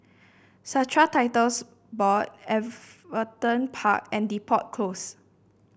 Strata Titles Board Everton Park and Depot Close